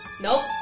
Nope